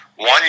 One